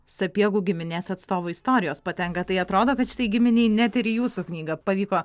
sapiegų giminės atstovų istorijos patenka tai atrodo kad šitai giminei net ir į jūsų knygą pavyko